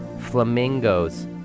flamingos